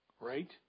Right